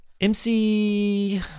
MC